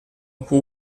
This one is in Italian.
who